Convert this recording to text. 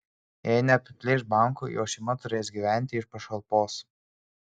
jei neapiplėš banko jo šeima turės gyventi iš pašalpos